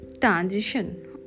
transition